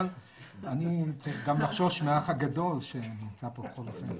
אבל אני צריך גם לחשוש מהאח הגדול שנמצא פה בכל אופן.